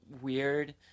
weird